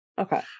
Okay